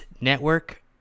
Network